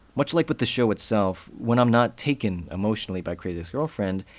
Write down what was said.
much like with the show itself, when i'm not taken emotionally by crazy ex-girlfriend,